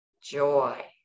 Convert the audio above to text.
joy